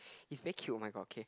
he's very cute oh-my-god okay